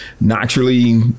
naturally